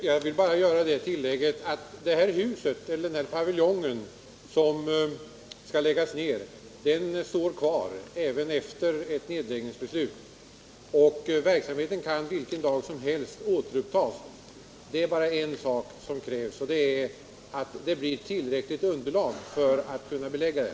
Herr talman! Jag vill bara tillägga att den paviljong som skall läggas ned står kvar även efter ett nedläggningsbeslut. Verksamheten kan återupptas vilken dag som helst. Det krävs bara att det blir tillräckligt underlag för att belägga den.